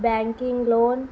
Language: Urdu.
banking loan